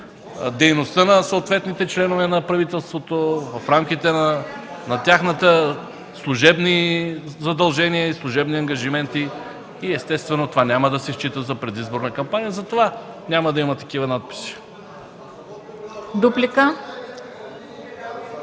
дейността на съответните членове на правителството, в рамките на техните служебни задължения, служебни ангажименти и естествено това няма да се счита за предизборна кампания, затова няма да има такива надписи. (Шум и